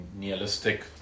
nihilistic